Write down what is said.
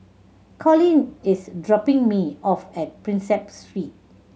Collin is dropping me off at Prinsep Street